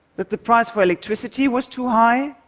that the price for electricity was too high,